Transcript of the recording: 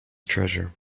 treasure